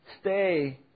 stay